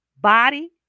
body